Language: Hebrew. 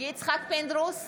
יצחק פינדרוס,